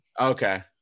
Okay